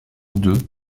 deux